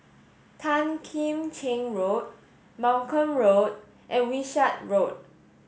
Tan Kim Cheng Road Malcolm Road and Wishart Road